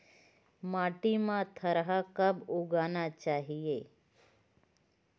माटी मा थरहा कब उगाना चाहिए?